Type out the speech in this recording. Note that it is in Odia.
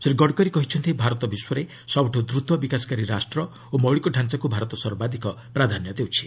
ଶ୍ରୀ ଗଡ଼କରୀ କହିଛନ୍ତି ଭାରତ ବିଶ୍ୱରେ ସବୁଠୁ ଦ୍ରୁତ ବିକାଶକାରୀ ରାଷ୍ଟ୍ର ଓ ମୌଳିକଡାଞ୍ଚାକୁ ଭାରତ ସର୍ବାଧିକ ପ୍ରାଧାନ୍ୟ ଦେଉଛି